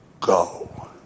Go